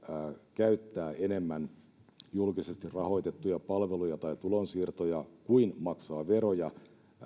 käyttää enemmän julkisesti rahoitettuja palveluja tai tulonsiirtoja kuin maksaa veroja